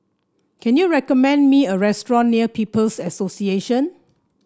can you recommend me a restaurant near People's Association